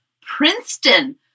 Princeton